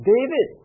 David